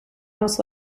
most